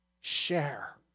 Share